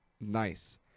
nice